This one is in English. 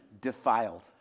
defiled